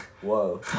whoa